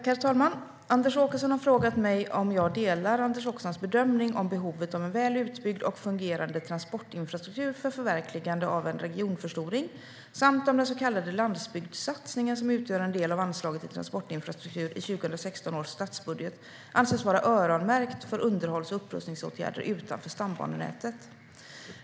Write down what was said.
Herr talman! Anders Åkesson har frågat mig om jag delar Anders Åkessons bedömning om behovet av en väl utbyggd och fungerande transportinfrastruktur för ett förverkligande av en regionförstoring samt om den så kallade landsbygdssatsningen, som utgör en del av anslaget till transportinfrastruktur i 2016 års statsbudget, anses vara öronmärkt för underhålls och upprustningsåtgärder utanför stambanenätet.